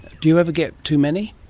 do you ever get too many?